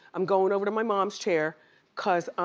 i'm goin' over to my mom's chair cause